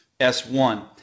S1